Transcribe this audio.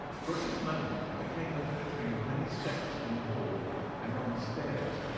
for at this moment there came the pattering of many steps in the hall and on the stairs,